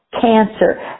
Cancer